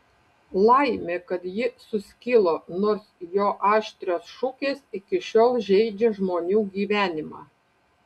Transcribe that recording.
laimė kad ji suskilo nors jo aštrios šukės iki šiol žeidžia žmonių gyvenimą